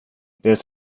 det